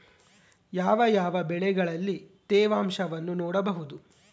ಯಾವ ಯಾವ ಬೆಳೆಗಳಲ್ಲಿ ತೇವಾಂಶವನ್ನು ನೋಡಬಹುದು?